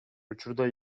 учурда